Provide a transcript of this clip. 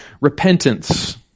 repentance